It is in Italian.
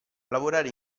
lavorare